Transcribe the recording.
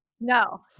no